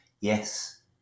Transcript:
yes